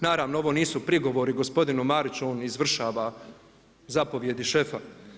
Naravno ovo nisu prigovori gospodinu Mariću on izvršava zapovjedi šefa.